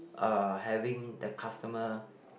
uh having the customer